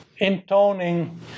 intoning